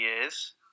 years